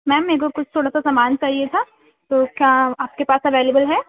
میم میکو کچھ تھوڑا سامان چاہیے تھا تو کیا آپ کے پاس اویلیبل ہے